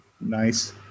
nice